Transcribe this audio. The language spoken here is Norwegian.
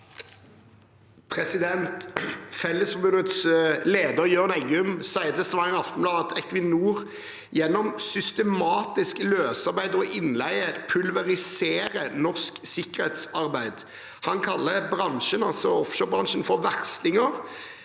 Felles- forbundet Jørn Eggum sier til Stavanger Aftenblad at Equinor gjennom systematisk løsarbeid og innleie pulveriserer norsk sikkerhetsarbeid – han kaller bransjen verstinger.